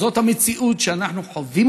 זאת המציאות שאנחנו חווים,